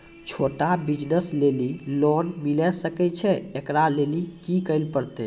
छोटा बिज़नस लेली लोन मिले सकय छै? एकरा लेली की करै परतै